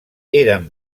eren